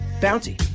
Bounty